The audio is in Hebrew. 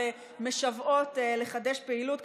שמשוועות לחדש פעילות,